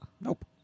Nope